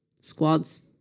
squads